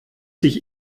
sich